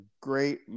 great